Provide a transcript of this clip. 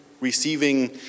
receiving